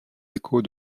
échos